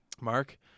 Mark